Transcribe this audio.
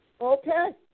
okay